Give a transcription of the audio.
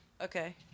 Okay